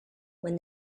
when